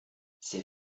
ses